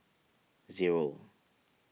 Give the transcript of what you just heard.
zero